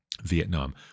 Vietnam